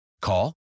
Call